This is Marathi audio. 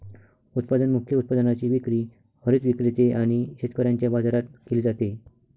उत्पादन मुख्य उत्पादनाची विक्री हरित विक्रेते आणि शेतकऱ्यांच्या बाजारात केली जाते